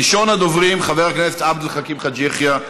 ראשון הדוברים, חבר הכנסת עבד אל חכים חאג' יחיא.